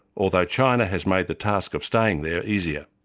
although china has made the task of staying there easier.